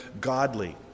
godly